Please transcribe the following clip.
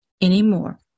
anymore